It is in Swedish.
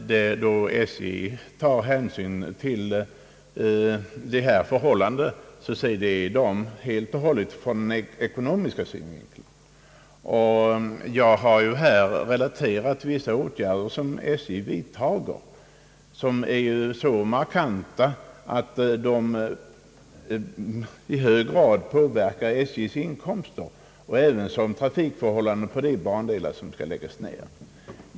Då SJ bedömer förhållandena sker det uteslutande från ekonomisk synpunkt. Jag har redan tidigare relaterat vissa åtgärder som SJ vidtagit och som är så markanta att de i hög grad påverkar SJ:s inkomster liksom också trafikförhållandena på de bandelar som man planerar att lägga ned.